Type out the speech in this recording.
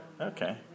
Okay